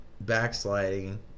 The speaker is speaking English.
backsliding